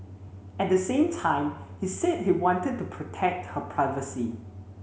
at the same time he said he wanted to protect her privacy